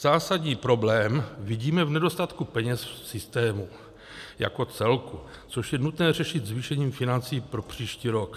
Zásadní problém vidíme v nedostatku peněz v systému jako celku, což je nutné řešit zvýšením financí pro příští rok.